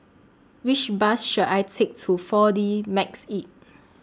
Which Bus should I Take to four D Magix